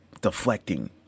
deflecting